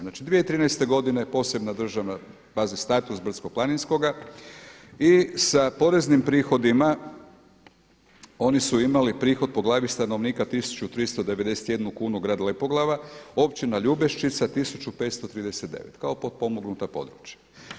Znači 2013. godine je posebna državna, … status brdsko-planinskoga i sa poreznim prihodima oni su imali prihod po glavi stanovnika 1391 kunu grad Lepoglava, općina Ljubeščica 1539 kao potpomognuta područja.